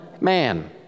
man